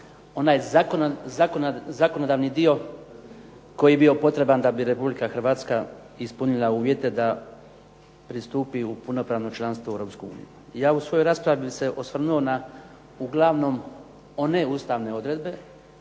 onaj zakonodavni dio koji je bio potreban da bi Republike Hrvatska ispunila uvjete da pristupi u punopravno članstvo u Europskoj uniji. Ja u svojoj raspravi bih se osvrnuo na uglavnom one ustavne odredbe